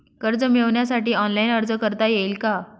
कर्ज मिळविण्यासाठी ऑनलाइन अर्ज करता येईल का?